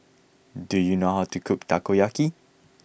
do you know how to cook Takoyaki